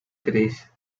tres